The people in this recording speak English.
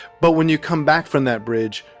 but when you come back from that bridge,